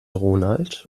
ronald